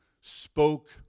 spoke